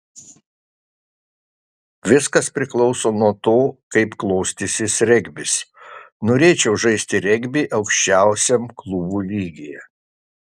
viskas priklauso nuo to kaip klostysis regbis norėčiau žaisti regbį aukščiausiam klubų lygyje